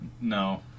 No